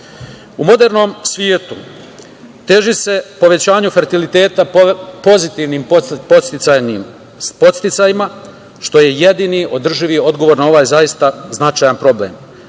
modernom svetu teži se povećanju fertiliteta pozitivnim, podsticajnim, s podsticajima, što je jedini održivi odgovor na ovaj zaista značajan problem.